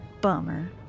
Bummer